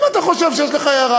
אם אתה חושב שיש לך הערה,